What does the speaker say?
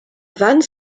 vanne